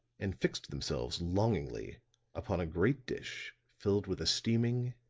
and fixed themselves longingly upon a great dish filled with a steaming,